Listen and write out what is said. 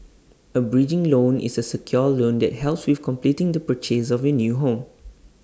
A bridging loan is A secured loan that helps with completing the purchase of your new home